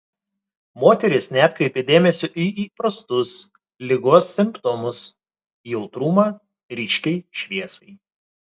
moteris neatkreipė dėmesio į įprastus ligos simptomus jautrumą ryškiai šviesai